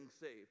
saved